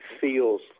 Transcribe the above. feels